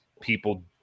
people